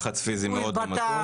לחץ פיזי מאוד לא מתון.